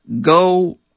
go